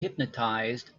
hypnotized